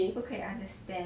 不可以 understand